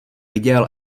viděl